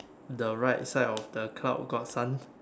the right side of the cloud got sun